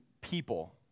people